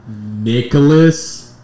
Nicholas